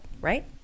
right